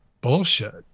bullshit